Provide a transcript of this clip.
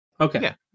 Okay